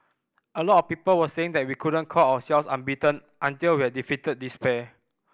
a lot of people were saying that we couldn't call ourselves unbeaten until we had defeated this pair